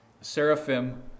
Seraphim